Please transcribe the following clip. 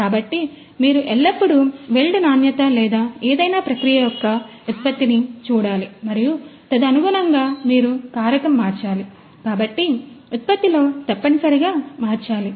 కాబట్టి మీరు ఎల్లప్పుడూ వెల్డ్ నాణ్యత లేదా ఏదైనా ప్రక్రియ యొక్క ఉత్పత్తిని చూడాలి మరియు తదనుగుణంగా మీరు కారకం మార్చాలి కాబట్టి ఉత్పత్తిలో తప్పనిసరిగా మార్చాలి